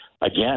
again